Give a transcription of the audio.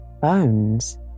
bones